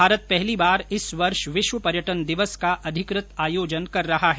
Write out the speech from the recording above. भारत पहली बार इस वर्ष विश्व पर्यटन दिवस का अधिकृत आयोजन कर रहा है